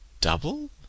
double